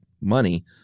money